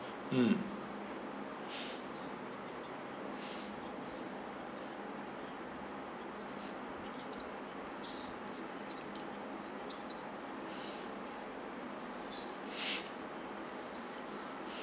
mm